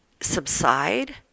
subside